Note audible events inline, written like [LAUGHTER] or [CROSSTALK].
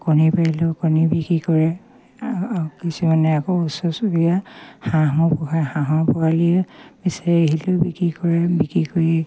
কণী পাৰিলেও কণী বিক্ৰী কৰে কিছুমানে আকৌ ওচৰ চুবুৰীয়া হাঁহো পোহে হাঁহৰ পোৱালিয়ে [UNINTELLIGIBLE] বিক্ৰী কৰে বিক্ৰী কৰি